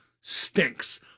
stinks